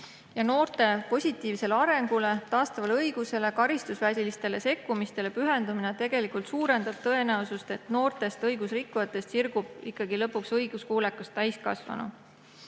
Noorte positiivsele arengule, taastavale õigusele, karistusvälisele sekkumisele pühendumine tegelikult suurendab tõenäosust, et noortest õigusrikkujatest sirguvad ikkagi lõpuks õiguskuulekad täiskasvanud.